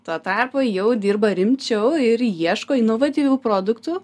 tuo tarpu jau dirba rimčiau ir ieško inovatyvių produktų